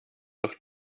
auf